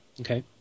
Okay